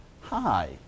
hi